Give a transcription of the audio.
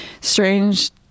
strange